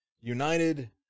United